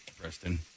Preston